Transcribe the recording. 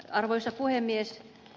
arvoisa puhemies